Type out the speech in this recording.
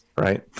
right